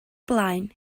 blaen